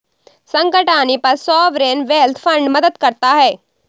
संकट आने पर सॉवरेन वेल्थ फंड मदद करता है